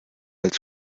als